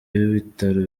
w’ibitaro